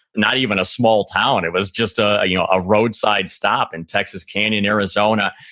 not even a small town. it was just a you know a roadside stop in texas canyon, arizona.